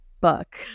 book